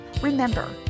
Remember